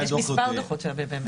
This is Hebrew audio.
מספר דוחות של הממ"מ.